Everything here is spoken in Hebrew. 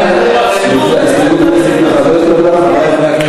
חברי חברי הכנסת,